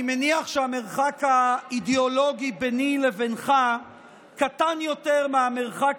אני מניח שהמרחק האידיאולוגי ביני לבינך קטן יותר מהמרחק